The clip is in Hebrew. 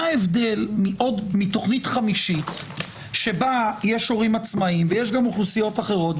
מה ההבדל מתוכנית חמישית שבה יש הורים עצמאיים ויש גם אוכלוסיות אחרות,